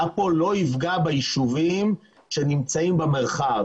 כאן לא יפגע בישובים שנמצאים במרחב.